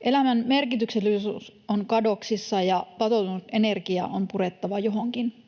Elämän merkityksellisyys on kadoksissa, ja patoutunut energia on purettava johonkin.